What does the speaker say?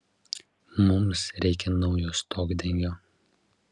mums reikia naujo stogdengio